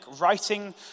writing